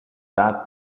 that